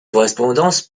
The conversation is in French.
correspondance